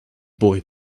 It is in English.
boy